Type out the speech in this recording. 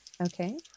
Okay